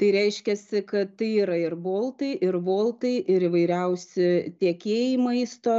tai reiškiasi kad tai yra ir boltai ir voltai ir įvairiausi tiekėjai maisto